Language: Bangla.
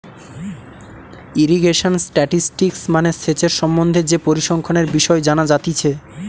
ইরিগেশন স্ট্যাটিসটিক্স মানে সেচের সম্বন্ধে যে পরিসংখ্যানের বিষয় জানা যাতিছে